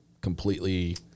completely